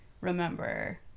remember